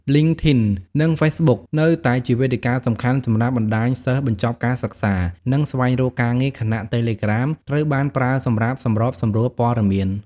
លីង ធីន LinkedIn និង ហ្វេសប៊ុក Facebook នៅតែជាវេទិកាសំខាន់សម្រាប់បណ្តាញសិស្សបញ្ចប់ការសិក្សា និងស្វែងរកការងារ ខណៈ តេឡេក្រាម Telegram ត្រូវបានប្រើសម្រាប់សម្របសម្រួលព័ត៌មាន។